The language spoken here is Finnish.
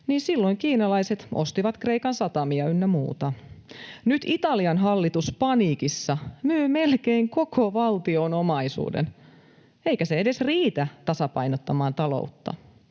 niin silloin kiinalaiset ostivat Kreikan satamia ynnä muuta. Nyt Italian hallitus paniikissa myy melkein koko valtion omaisuuden, eikä se edes riitä tasapainottamaan taloutta.